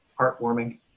heartwarming